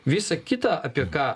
visą kitą apie ką